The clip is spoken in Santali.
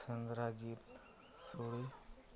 ᱥᱮᱸᱫᱽᱨᱟ ᱡᱤᱞ ᱥᱳᱲᱮ